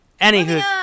Anywho